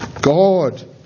God